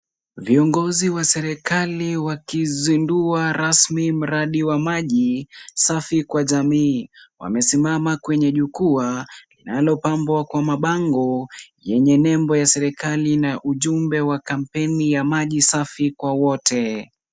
Viongozi wa serikali wakizindua rasmi mradi wa maji safi kwa jamii. Wamesimama kwenye jukwaa linalopambwa kwa mabango yenye nembo ya serikali na ujumbe wa kampeni ya maji safi kwa wote.